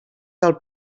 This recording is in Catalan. del